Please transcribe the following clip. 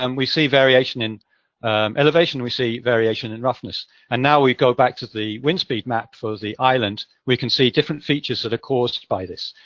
um we see variation in elevation, we see variation in roughness. and now, we go back to the windspeed map for the island, we can see different features that are caused by this.